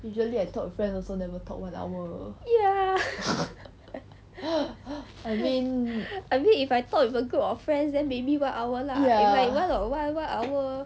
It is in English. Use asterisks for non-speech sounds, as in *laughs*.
ya *laughs* I mean if I talk with a group of friends then maybe one hour lah if like one on one one hour